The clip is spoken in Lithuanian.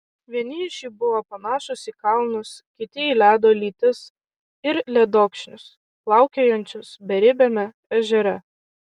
vieni iš jų buvo panašūs į kalnus kiti į ledo lytis ir ledokšnius plaukiojančius beribiame ežere